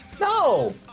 No